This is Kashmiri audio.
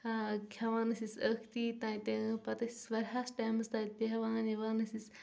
کھیٚوان ٲسۍ أسۍ ٲکھتی تتہِ پتہٕ ٲسۍ واریاہس ٹایمس تتہِ بیٚہوان یِوان ٲسۍ أسۍ